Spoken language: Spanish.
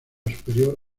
superior